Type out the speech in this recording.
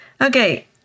Okay